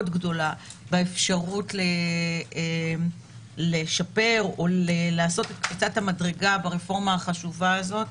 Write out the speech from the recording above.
גדולה באפשרות לשפר או לעשות את קפיצת המדרגה ברפורמה החשובה הזאת.